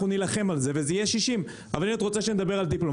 אנחנו נילחם על זה וזה יהיה 60. אבל אם את רוצה שנדבר על דיפלומט,